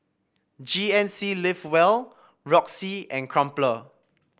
G N C Live Well Roxy and Crumpler